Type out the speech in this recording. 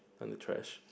down the trash